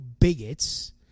bigots